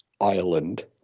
Ireland